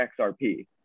XRP